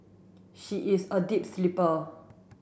she is a deep sleeper